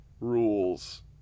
rules